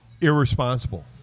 irresponsible